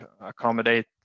accommodate